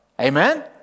Amen